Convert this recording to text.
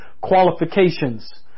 qualifications